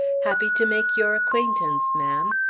happy to make your acquaintance, ma'am.